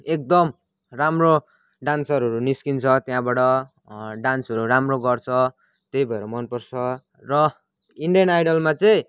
एकदम राम्रो डान्सरहरू निस्किन्छ त्यहाँबाट डान्सहरू राम्रो गर्छ त्यही भएर मन पर्छ र इन्डियन आइडलमा चाहिँ